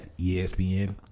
ESPN